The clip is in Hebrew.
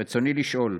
רצוני לשאול: